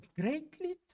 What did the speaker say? greatly